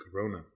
Corona